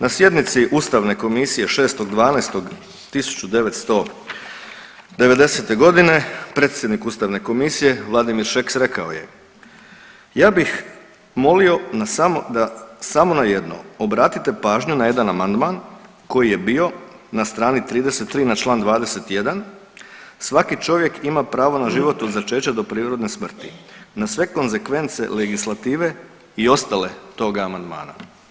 Na sjednici ustavne komisije 6.12.1990.g. predsjednik ustavne komisije Vladimir Šeks rekao je, ja bih molio na samo, da samo na jedno obratite pažnju na jedan amandman koji je bio na str. 33 na čl. 21. svaki čovjek ima pravo na život od začeća do prirodne smrti na sve konzekvence legislative i ostale tog amandmana.